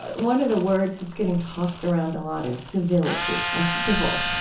one of the words that's getting tossed around a lot is civility and civil.